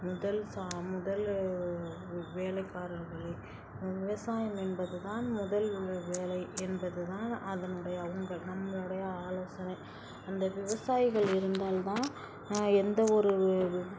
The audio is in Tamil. முதல் சா முதல் வேலைக்காரர்களே விவசாயம் என்பது தான் முதல் வேலை என்பது தான் அதனுடைய உங்கள் நம்மளுடைய ஆலோசனை அந்த விவசாயிகள் இருந்தால் தான் எந்த ஒரு